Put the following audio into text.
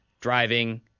driving